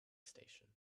station